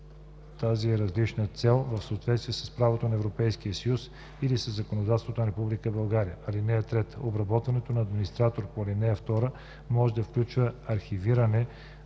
тази различна цел в съответствие с правото на Европейския съюз или със законодателството на Република България. (3) Обработването от администратор по ал. 2 може да включва архивиране